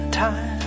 time